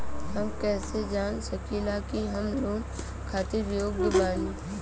हम कईसे जान सकिला कि हम लोन खातिर योग्य बानी?